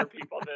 people